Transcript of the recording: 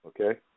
okay